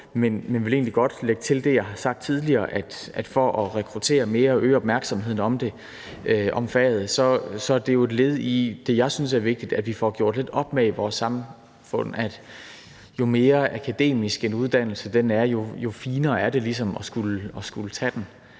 men jeg vil egentlig godt lægge til det, jeg har sagt tidligere, at for at rekruttere mere og øge opmærksomheden på faget er det jo et led i det, jeg synes er vigtigt, nemlig at vi får gjort lidt op med i vores samfund, at jo mere akademisk en uddannelse er, jo finere er det ligesom at skulle tage den